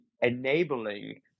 enabling